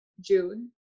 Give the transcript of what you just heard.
June